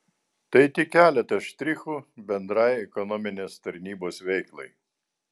tai tik keletas štrichų bendrai ekonominės tarnybos veiklai